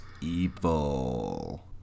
Evil